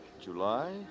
July